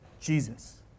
Jesus